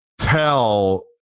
tell